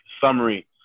summary